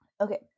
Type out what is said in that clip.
Okay